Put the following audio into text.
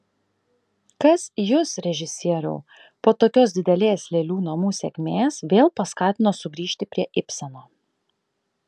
kas jus režisieriau po tokios didelės lėlių namų sėkmės vėl paskatino sugrįžti prie ibseno